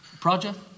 project